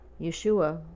Yeshua